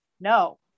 no